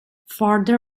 further